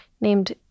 named